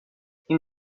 این